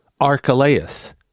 Archelaus